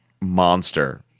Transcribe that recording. monster